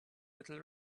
little